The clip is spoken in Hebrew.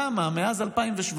כמה, מאז 2017,